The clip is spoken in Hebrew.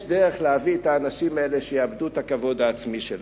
יש דרך להביא את האנשים האלה שיאבדו את הכבוד העצמי שלהם.